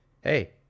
hey